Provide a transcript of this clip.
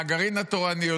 מהגרעין התורני,